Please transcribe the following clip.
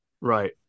right